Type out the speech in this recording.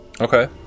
Okay